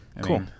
Cool